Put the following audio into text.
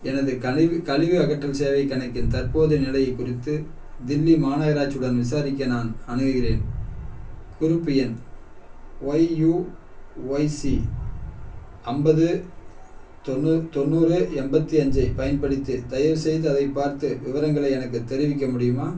எனது கனி கழிவு அகற்றல் சேவைக் கணக்கின் தற்போதைய நிலையைக் குறித்து தில்லி மாநகராட்சி உடன் விசாரிக்க நான் அணுகுகிறேன் குறிப்பு எண் ஒய்யுஒய்சி ஐம்பது தொண்ணூ தொண்ணூறு எண்பத்தி அஞ்சைப் பயன்படுத்தி தயவுசெய்து அதைப் பார்த்து விவரங்களை எனக்குத் தெரிவிக்க முடியுமா